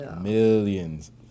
Millions